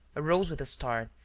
arose with a start,